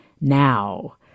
now